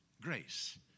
grace